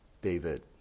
David